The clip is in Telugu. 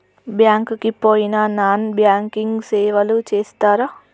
బ్యాంక్ కి పోయిన నాన్ బ్యాంకింగ్ సేవలు చేస్తరా?